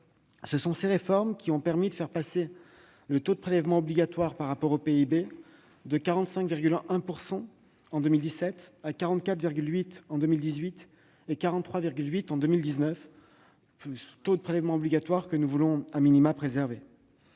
Ce sont ces réformes qui ont permis de faire passer le taux de prélèvements obligatoires par rapport au PIB de 45,1 % en 2017 à 44,8 % en 2018 et à 43,8 % en 2019, un taux de prélèvements obligatoires que nous voulons préserver.